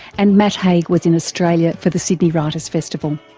and matt haig was in australia for the sydney writers' festival.